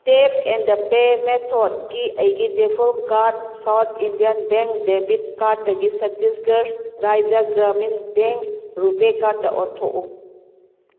tap and pay ꯃꯦꯊꯣꯠꯀꯤ ꯑꯩꯒꯤ default card South Indian Bank debit ꯀꯥꯔꯠꯇꯒꯤ Chhattisgarh Rajya Gramin Bank RuPay ꯀꯥꯔꯠꯇ ꯑꯣꯟꯊꯣꯛꯎ